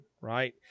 right